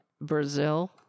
brazil